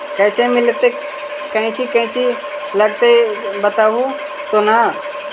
कैसे मिलतय कौची कौची लगतय बतैबहू तो न?